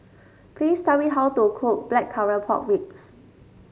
please tell me how to cook Blackcurrant Pork Ribs